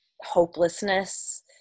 hopelessness